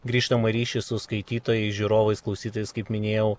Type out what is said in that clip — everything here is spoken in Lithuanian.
grįžtamąjį ryšį su skaitytojais žiūrovais klausytojais kaip minėjau